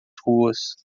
ruas